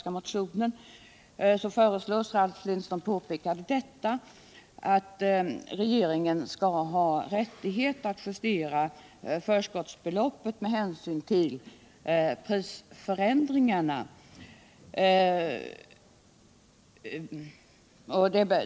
Socialdemokraterna föreslår, som Ralf Lindstsröm påpekade, att regeringen skall ha rättighet att justera förskottsbeloppet med hänsyn till prisförändringar.